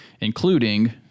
including